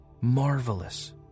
marvelous